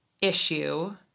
issue